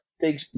big